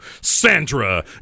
Sandra